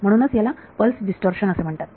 म्हणून यालाच pulse distortion असे म्हणतात